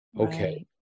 Okay